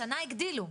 השנה הגדילו.